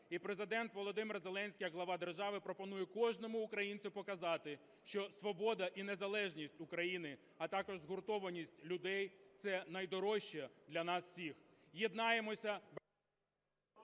І Президент Володимир Зеленський як глава держави пропонує кожному українцю показати, що свобода і незалежність України, а також згуртованість людей – це найдорожче для нас всіх. Єднаймося!